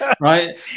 Right